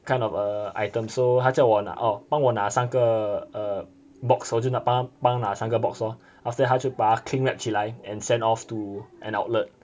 kind of err items so 他叫我 orh 帮我拿三个 err box 我就帮他帮他拿三个 box lor after that 他就把它 cling wrap 起来 and send off to an outlet